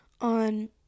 on